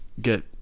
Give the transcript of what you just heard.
get